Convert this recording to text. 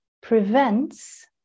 prevents